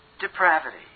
depravity